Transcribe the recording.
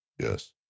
yes